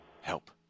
help